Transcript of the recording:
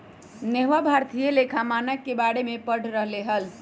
नेहवा भारतीय लेखा मानक के बारे में पढ़ रहले हल